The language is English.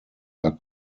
are